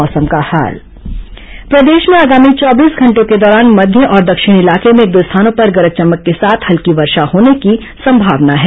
मौसम प्रदेश में आगामी चौबीस घंटों के दौरान मध्य और दक्षिणी इलाके में एक दो स्थानों पर गरज चमक के साथ हल्की वर्षा होने की संभावना है